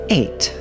eight